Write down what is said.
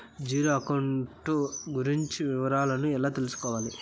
Zero account కు గురించి విషయాలను ఎలా తెలుసుకోవాలి?